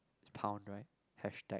pound right hashtag